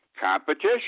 competition